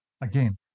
Again